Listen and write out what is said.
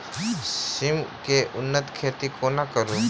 सिम केँ उन्नत खेती कोना करू?